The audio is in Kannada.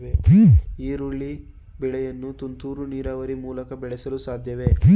ಈರುಳ್ಳಿ ಬೆಳೆಯನ್ನು ತುಂತುರು ನೀರಾವರಿ ಮೂಲಕ ಬೆಳೆಸಲು ಸಾಧ್ಯವೇ?